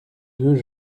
deux